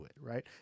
right